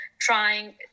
trying